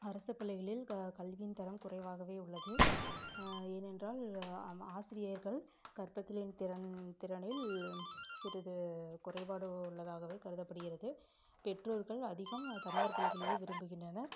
அரசுப் பள்ளிகளில் க கல்வியின் தரம் குறைவாகவே உள்ளது ஏனென்றால் ஆசிரியர்கள் கற்பித்தலின் திறன் திறனில் சிறிது குறைபாடு உள்ளதாகவே கருதப்படுகிறது பெற்றோர்கள் அதிகம் தனியார் பள்ளிகளையே விரும்புகின்றனர்